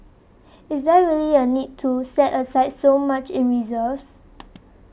is there really a need to set aside so much in reserves